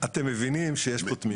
אתם מבינים שיש פה תמיכות?